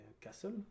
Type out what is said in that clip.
castle